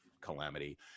Calamity